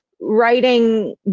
writing